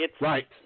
Right